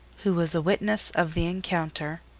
who was a witness of the encounter,